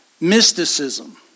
mysticism